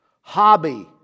Hobby